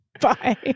Bye